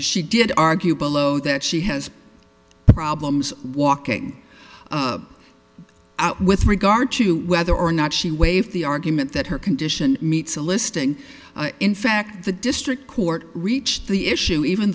she did argue below that she has problems walking out with regard to whether or not she waived the argument that her condition meets a listing in fact the district court reached the issue even